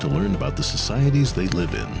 to learn about the societies they live in